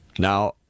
Now